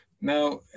Now